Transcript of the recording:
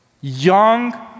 young